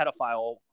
pedophile